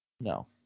No